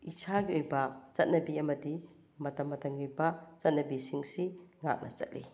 ꯏꯁꯥꯒꯤ ꯑꯣꯏꯕ ꯆꯠꯅꯕꯤ ꯑꯃꯗꯤ ꯃꯇꯝ ꯃꯇꯝꯒꯤ ꯑꯣꯏꯕ ꯆꯠꯅꯕꯤꯁꯤꯡꯁꯤ ꯉꯥꯛꯅ ꯆꯠꯂꯤ